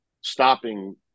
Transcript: stopping